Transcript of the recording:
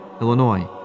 Illinois